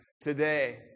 today